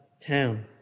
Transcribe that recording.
town